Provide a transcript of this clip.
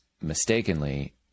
mistakenly